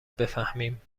بفهمیم